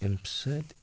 اَمہِ سۭتۍ